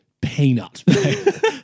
peanut